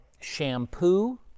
shampoo